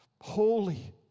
holy